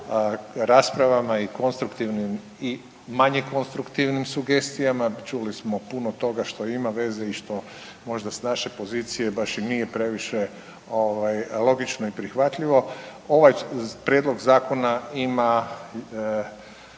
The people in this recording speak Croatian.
i konstruktivnim i manje konstruktivnim sugestijama. Čuli smo puno toga što ima veze i što možda s naše pozicije baš i nije previše ovaj logično i prihvatljivo. Ovaj prijedlog zakona ima